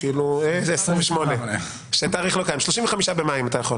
אם אתה יכול, 35 במאי.